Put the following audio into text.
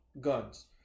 guns